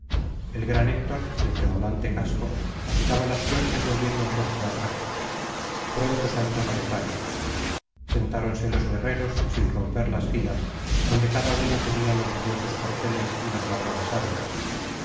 el gran héctor de tremolante casco agitaba las suertes volviendo el rostro atrás pronto saltó la de paris sentáronse los guerreros sin romper las filas donde cada uno tenía los briosos corceles y las labradas armas